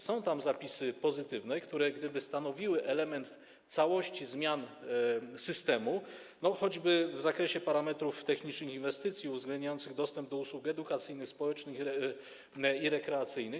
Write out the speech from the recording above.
Są tam zapisy pozytywne, które gdyby stanowiły element całości zmian systemu, choćby w zakresie parametrów technicznych inwestycji, uwzględniających dostęp do usług edukacyjnych, społecznych i rekreacyjnych.